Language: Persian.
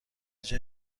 جای